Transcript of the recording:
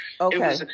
Okay